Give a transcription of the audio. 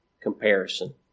comparison